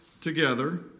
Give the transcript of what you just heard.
together